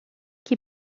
qui